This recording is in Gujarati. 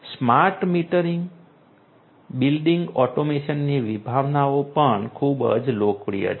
સ્માર્ટ મીટરિંગ બિલ્ડીંગ ઓટોમેશનની વિભાવનાઓ પણ ખૂબ જ લોકપ્રિય છે